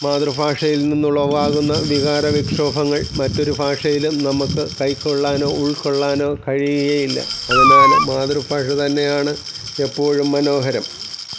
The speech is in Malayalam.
മാതൃഭാഷയിൽ നിന്നുളവാകുന്ന വികാര വിക്ഷോഭങ്ങൾ മറ്റൊരു ഭാഷയിലും നമുക്ക് കൈക്കൊള്ളാനോ ഉൾകൊള്ളാനോ കഴിയുകയില്ല അതിനാൽ മാതൃഭാഷ തന്നെയാണ് എപ്പോഴും മനോഹരം